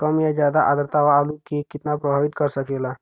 कम या ज्यादा आद्रता आलू के कितना प्रभावित कर सकेला?